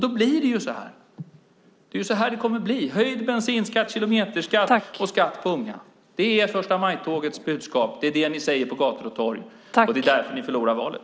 Då blir det så här: höjd bensinskatt, kilometerskatt och skatt på unga. Det är förstamajtågets budskap. Det är det ni säger på gator och torg. Och det är därför ni förlorar valet.